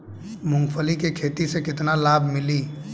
मूँगफली के खेती से केतना लाभ मिली?